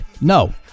No